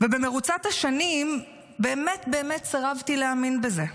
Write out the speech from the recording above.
ובמרוצת השנים באמת באמת סירבתי להאמין בזה.